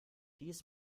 dies